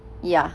ya